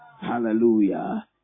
Hallelujah